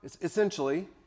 essentially